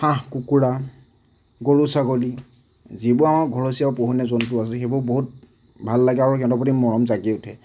হাঁহ কুকুৰা গৰু ছাগলী যিবোৰ আমাৰ ঘৰচীয়া পোহনীয়া জন্তু আছে সেইবোৰ বহুত ভাল লাগে আৰু সিহঁতৰ প্ৰতি মৰম জাগি উঠে